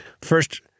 first